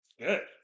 good